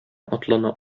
атлана